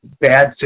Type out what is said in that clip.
bad